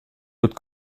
wird